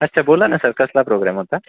अच्छा बोला ना सर कसला प्रोग्राम होता